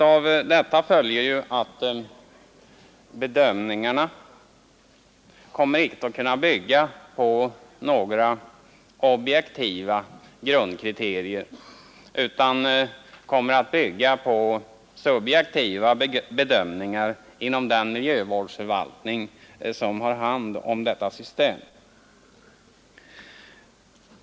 Av detta följer att bedömningarna inte kommer att kunna bygga på några objektiva grundkriterier utan grundas på subjektiva ställningstaganden inom den miljövårdsförvaltning som har hand om detta system.